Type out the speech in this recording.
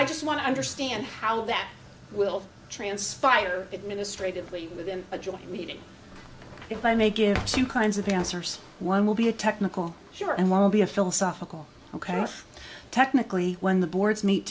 i just want to understand how that will transpire administrative weight within a joint meeting if i may give two kinds of answers one will be a technical here and one will be a philosophical ok technically when the boards meet